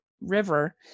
river